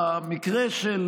במקרה של